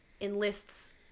enlists